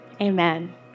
Amen